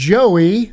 Joey